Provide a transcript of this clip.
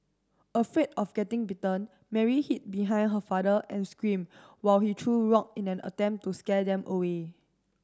afraid of getting bitten Mary hid behind her father and screamed while he threw rock in an attempt to scare them away